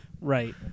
Right